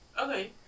Okay